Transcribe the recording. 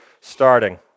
starting